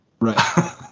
right